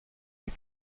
les